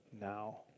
now